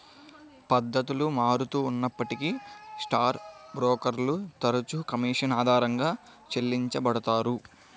పద్ధతులు మారుతూ ఉన్నప్పటికీ స్టాక్ బ్రోకర్లు తరచుగా కమీషన్ ఆధారంగా చెల్లించబడతారు